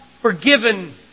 forgiven